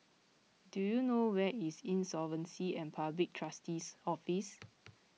do you know where is Insolvency and Public Trustee's Office